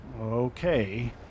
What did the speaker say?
Okay